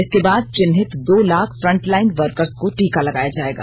इसके बाद चिन्हित दो लाख फ्रंटलाइन वर्कर्स को टीका लगाया जाएगा